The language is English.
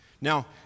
Now